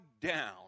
down